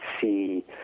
see